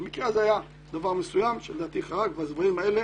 במקרה זה היה דבר מסוים שלדעתי חרג, והדברים האלה